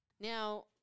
Now